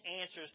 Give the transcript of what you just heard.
answers